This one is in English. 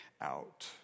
out